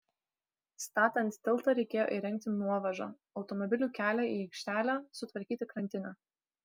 statant tiltą reikėjo įrengti nuovažą automobilių kelią į aikštelę sutvarkyti krantinę